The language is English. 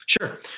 Sure